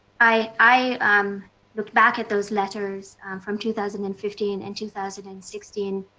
i i um looked back at those letters from two thousand and fifteen and two thousand and sixteen,